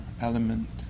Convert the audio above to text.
element